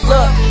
Look